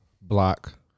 Block